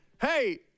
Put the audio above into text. Hey